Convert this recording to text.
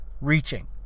reaching